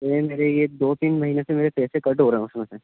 نہیں میرے یہ دو تین مہینے سے میرے پیسے کٹ ہو رہے ہیں اس میں سے